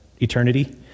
eternity